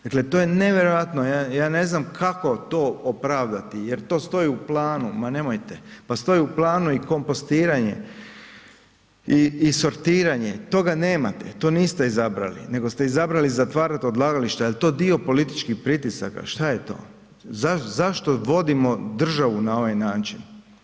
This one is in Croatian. Dakle to je nevjerojatno, ja ne znam kako to opravdati jer to stoji u planu, ma nemojte, pa stoji u planu i kompostiranje i sortiranje, toga nemate to niste izabrali nego ste izabrali zatvarati odlagališta jel to dio političkih pritisaka, šta je to, zašto vodimo državu na ovaj način.